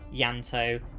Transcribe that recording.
Yanto